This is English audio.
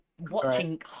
watching